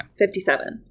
57